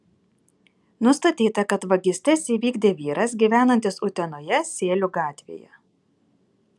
nustatyta kad vagystes įvykdė vyras gyvenantis utenoje sėlių gatvėje